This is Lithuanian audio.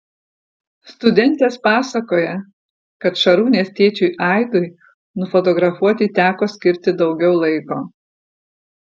studentės pasakoja kad šarūnės tėčiui aidui nufotografuoti teko skirti daugiau laiko